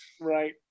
right